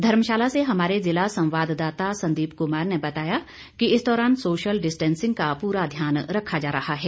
धर्मशाला से हमारे जिला संवाददाता संदीप कुमार ने बताया कि इस दौरान सोशल डिस्टेंसिंग का पूरा ध्यान रखा जा रहा है